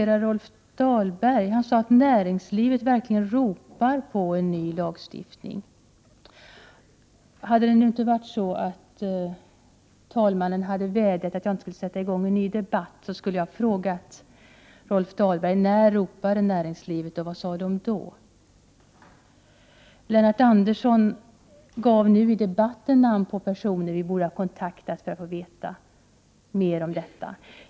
Rolf Dahlberg sade att näringslivet verkligen ropar på en ny lagstiftning. Om förste vice talmannen inte vädjat till mig att jag inte skall sätta i gång en ny debatt, hade jag velat fråga Rolf Dahlberg: När ropade näringslivet och vad sade man då? Lennart Andersson namngav i debatten personer som vi i miljöpartiet borde ha kontaktat för att få veta mer om detta.